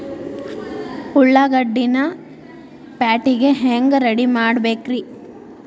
ಉಳ್ಳಾಗಡ್ಡಿನ ಪ್ಯಾಟಿಗೆ ಹ್ಯಾಂಗ ರೆಡಿಮಾಡಬೇಕ್ರೇ?